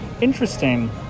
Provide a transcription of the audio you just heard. Interesting